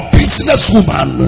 businesswoman